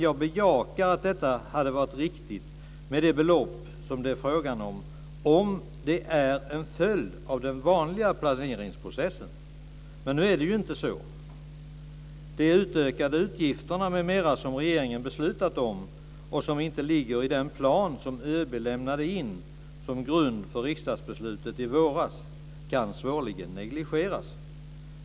Jag bejakar att detta hade varit riktigt med de belopp som det är fråga om, om det hade varit en följd av den vanliga planeringsprocessen. Men nu är det ju inte så. De utökade utgifterna m.m. som regeringen beslutat om och som inte ligger i den plan som ÖB lämnade in som grund för riksdagsbeslutet i våras kan svårligen negligeras.